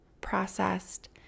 processed